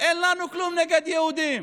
אין לנו כלום נגד יהודים,